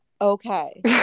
okay